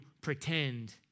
pretend